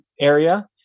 area